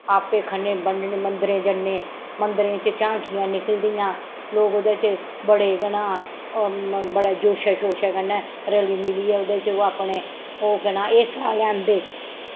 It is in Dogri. आपै खन्ने बन्नने मंदरें जन्ने मंदरें च झांकियां निकलदियां लोक ओह्दे च बड़े केह् नां बड़े जोशे शोशे कन्नै रली मिलियै ओह्दे च ओह् अपने ओह् केह् नां हिस्सा लैंदे